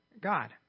God